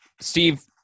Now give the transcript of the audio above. Steve